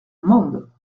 mende